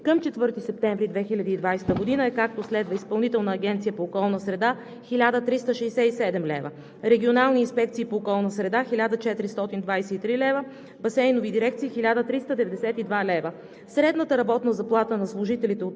към 4 септември 2020 г. е, както следва: Изпълнителна агенция по околна среда – 1367 лв., регионални инспекции по околната среда – 1423 лв., басейнови дирекции – 1392 лв. Средната работна заплата на служителите от